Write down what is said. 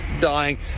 dying